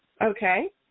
Okay